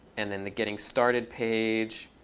and then the getting started page,